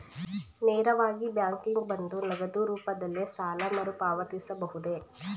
ನೇರವಾಗಿ ಬ್ಯಾಂಕಿಗೆ ಬಂದು ನಗದು ರೂಪದಲ್ಲೇ ಸಾಲ ಮರುಪಾವತಿಸಬಹುದೇ?